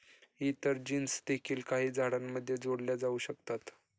इतर जीन्स देखील काही झाडांमध्ये जोडल्या जाऊ शकतात